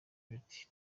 biti